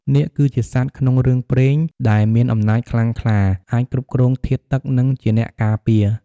នាគ គឺជាសត្វក្នុងរឿងព្រេងដែលមានអំណាចខ្លាំងក្លា អាចគ្រប់គ្រងធាតុទឹក និងជាអ្នកការពារ។